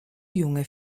junge